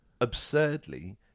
absurdly